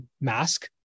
mask